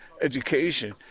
education